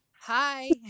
Hi